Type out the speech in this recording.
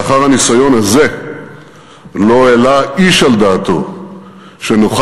לאחר הניסיון הזה לא העלה איש על דעתו שנוכל